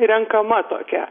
renkama tokia